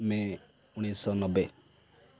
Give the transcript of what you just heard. ମେ ଉଣେଇଶହ ନବେ